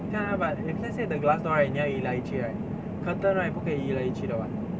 ya but if let's say the glass door right 你要移来移去 right curtain 哪里不可以移来移去的 [what]